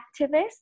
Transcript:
activists